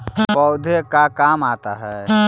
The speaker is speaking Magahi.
पौधे का काम आता है?